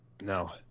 no